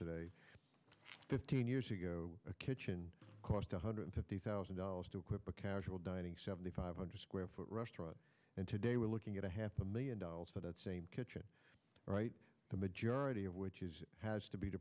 today fifteen years ago a kitchen cost one hundred fifty thousand dollars to equip a casual dining seventy five hundred square foot restaurant and today we're looking at a half a million dollars for that same kitchen right the majority of which is it has to be